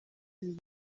ibi